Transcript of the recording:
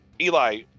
Eli